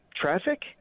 traffic